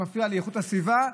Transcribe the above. מפריע לאיכות הסביבה,